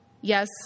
Yes